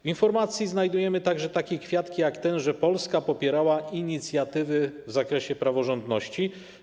W informacji znajdujemy także takie kwiatki, jak ten, że Polska popierała inicjatywy w zakresie praworządności.